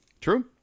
True